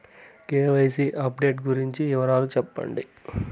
KYC update గురించి వివరాలు సెప్పండి?